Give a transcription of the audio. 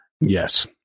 Yes